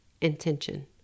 Intention